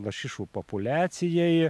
lašišų populiacijai